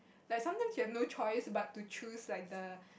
like sometimes you've no choice but to choose like the